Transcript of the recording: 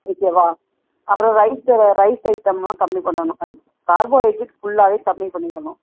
ஓகேவா அப்பறம் rice rice ஐட்டம்லாம் கம்மி பண்ணணும் கார்போஹைட்ரேட் ஃபுல்லாகவே கம்மி பண்ணிடணும்